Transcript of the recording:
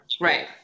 right